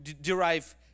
derive